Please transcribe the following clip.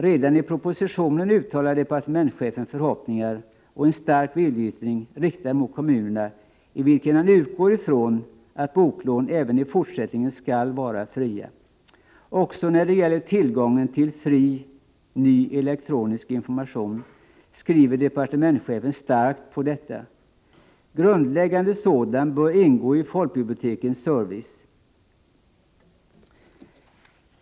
Redan i propositionen uttalar departementschefen förhoppningar och en stark viljeyttring riktad mot kommunerna, i vilken han utgår från att boklån även i fortsättningen skall vara fria. Också när det gäller den fria tillgången till ny elektronisk information har departementschefen en stark skrivning. Grundläggande sådan bör ingå i folkbibliotekens service.